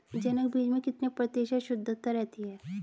जनक बीज में कितने प्रतिशत शुद्धता रहती है?